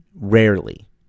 Rarely